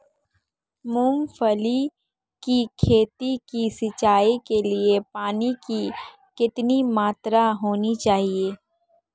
मूंगफली की खेती की सिंचाई के लिए पानी की कितनी मात्रा होनी चाहिए?